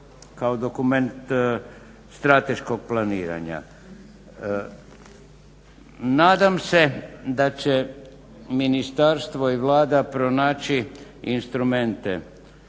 kao dokument strateškog planiranja. Nadam se da će ministarstvo i Vlada pronaći instrumente